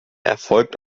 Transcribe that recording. erfolgt